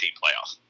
playoff